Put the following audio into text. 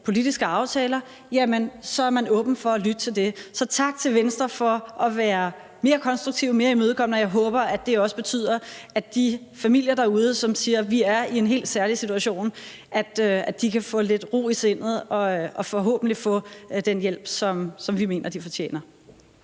politiske aftaler – jamen så er man åben for at lytte til det. Så tak til Venstre for at være mere konstruktive og mere imødekommende. Og jeg håber, at det også betyder, at de familier derude, som siger, at de er i en helt særlig situation, kan få lidt ro i sindet og forhåbentlig få den hjælp, som vi mener de fortjener.